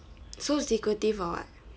so secretive for what